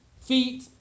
feet